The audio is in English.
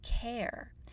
care